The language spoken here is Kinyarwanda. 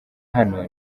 hano